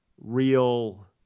real